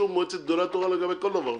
מועצת גדולי התורה לגבי כל דבר ועניין.